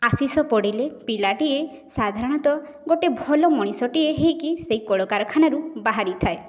ଆଶିଷ ପଡ଼ିଲେ ପିଲାଟିଏ ସାଧାରଣତଃ ଗୋଟେ ଭଲ ମଣିଷଟିଏ ହେଇକି ସେଇ କଳକାରଖାନାରୁ ବାହାରିଥାଏ